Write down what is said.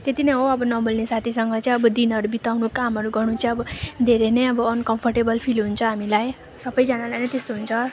त्यति नै हो अब नबोल्ने साथीहसँग चाहिँ अब दिनहरू बिताउनु कामहरू गर्नु चाहिँ धेरै नै अब धेरै नै अब अनकमफर्टेबल फिल हुन्छ हामीलाई सबैजनालाई नै त्यस्तो हुन्छ